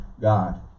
God